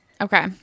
okay